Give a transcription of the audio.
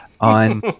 on